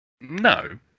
No